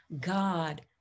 God